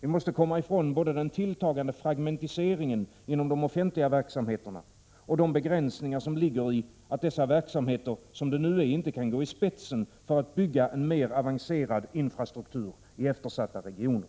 Vi måste komma ifrån både den tilltagande fragmentiseringen inom de offentliga verksamheterna och de begränsningar som ligger i att dessa verksamheter som det nu är inte kan gå i spetsen för att bygga en mer avancerad infrastruktur i eftersatta regioner.